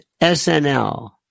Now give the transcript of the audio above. SNL